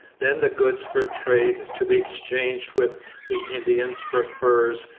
then the goods for trade, to be exchanged with the indians for furs,